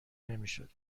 نمیشد